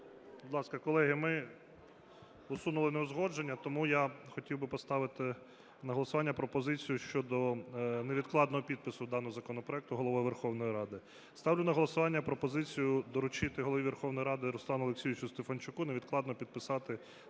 Будь ласка, колеги, ми усунули неузгодження, тому я хотів би поставити на голосування пропозицію щодо невідкладного підпису даного законопроекту Головою Верховної Ради. Ставлю на голосування пропозицію доручити Голові Верховної Ради Руслану Олексійовичу Стефанчуку невідкладно підписати законопроект